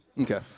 Okay